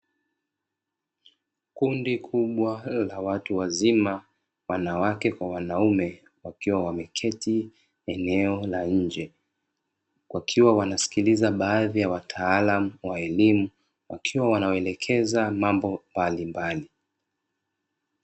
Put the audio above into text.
Kundi kubwa la watu wazima wanaume kwa wanawake wakiwa wameketi eneo la nje, wakiwa wanasikiliza baadhi ya wataalamu wa elimu wakiwa wanawaelekeza mambo mbalimbali.